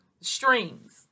strings